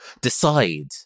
decide